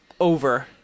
over